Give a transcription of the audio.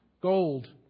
gold